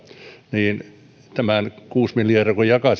niin tämän kuusi miljardia kun jakaa